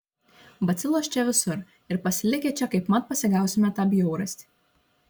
bacilos čia visur ir pasilikę čia kaip mat pasigausime tą bjaurastį